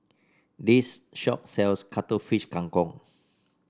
this shop sells Cuttlefish Kang Kong